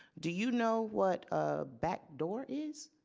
do you know what a back door is?